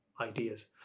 ideas